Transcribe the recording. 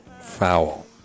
foul